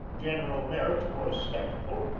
general merritt was sceptical,